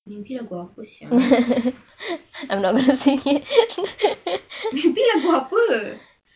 mimpi lagu apa sia ah mimpi lagu apa